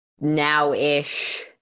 now-ish